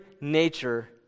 nature